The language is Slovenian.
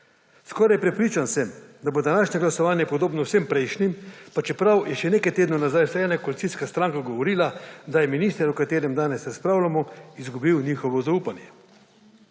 Skoraj prepričan sem, da bo današnje glasovanje podobno vsem prejšnjim, pa čeprav je še nekaj tednov nazaj vsaj ena koalicijska stranka govorila, da je minister, o katerem danes razpravljamo, izgubil njihovo zaupanje.